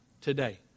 today